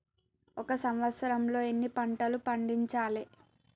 ఒక సంవత్సరంలో ఎన్ని పంటలు పండించాలే?